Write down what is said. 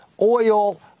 oil